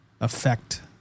affect